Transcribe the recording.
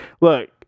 Look